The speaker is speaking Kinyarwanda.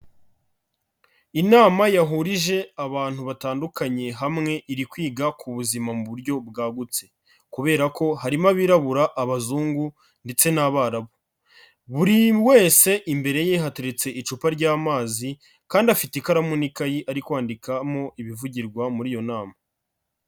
Inama yahurije abantu batandukanye hamwe iri kwiga ku buzima mu buryo bwagutse kubera ko harimo abirabura, abazungu ndetse n'abarabu, buri wese imbere ye hateretse icupa ry'amazi kandi afite ikaramu n'ikayi ari kwandikamo ibivugirwa muri iyo nama.